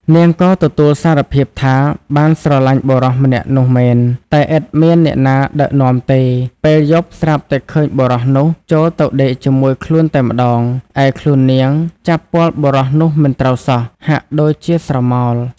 នាងក៏ទទួលសារភាពថា បានស្រឡាញ់បុរសម្នាក់នោះមែន តែឥតមានអ្នកណាដឹកនាំទេ ។ពេលយប់ស្រាប់តែឃើញបុរសនោះ ចូលទៅដេកជាមួយខ្លួនតែម្ដង ឯខ្លួននាងចាប់ពាល់បុរសនោះមិនត្រូវសោះ ហាក់ដូចជាស្រមោល ។